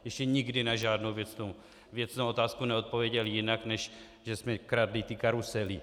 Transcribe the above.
Ještě nikdy na žádnou věcnou otázku neodpověděl jinak, než že jsme kradli ty karusely .